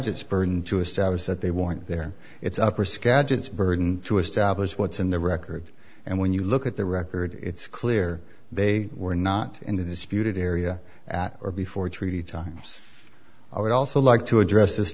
spurn to establish that they weren't there it's up or skagit its burden to establish what's in the record and when you look at the record it's clear they were not in the disputed area at or before three times i would also like to address this